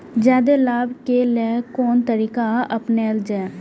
जादे लाभ के लेल कोन तरीका अपनायल जाय?